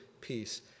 peace